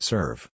Serve